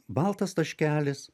baltas taškelis